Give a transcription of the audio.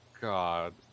god